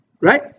Right